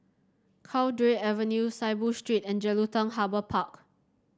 Cowdray Avenue Saiboo Street and Jelutung Harbour Park